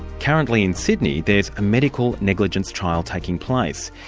currently in sydney there's a medical negligence trial taking place,